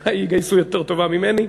אולי יגייסו יותר טובה משלי,